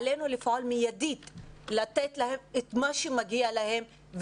עלינו לפעול מידית לתת להם את מה שמגיע להם.